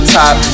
top